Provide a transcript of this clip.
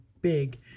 big